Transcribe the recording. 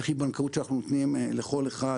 איך היא בנקאות שאנחנו נותנים לכל אחד,